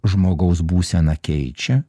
žmogaus būseną keičia